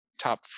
top